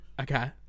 Okay